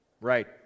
Right